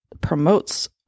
promotes